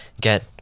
get